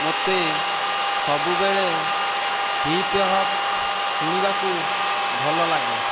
ମୋତେ ସବୁବେଳେ hip hop ଶୁଣିବାକୁ ଭଲ ଲାଗେ